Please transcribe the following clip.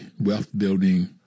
wealth-building